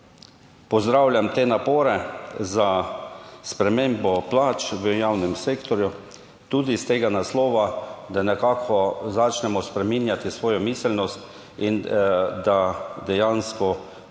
pozdravljam te napore za spremembo plač v javnem sektorju tudi iz tega naslova, da nekako začnemo spreminjati svojo miselnost in da dejansko bo